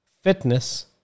fitness